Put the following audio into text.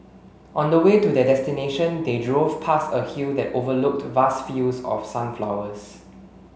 on the way to their destination they drove past a hill that overlooked vast fields of sunflowers